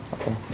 Okay